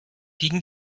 liegen